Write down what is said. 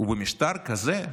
במשטר כזה,